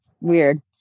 weird